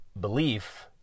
belief